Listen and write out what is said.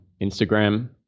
Instagram